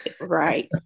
Right